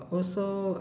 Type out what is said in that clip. also